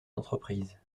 entreprises